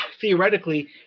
theoretically